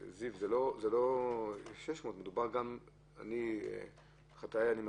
זיו, זה לא 600. את חטאיי אני מזכיר,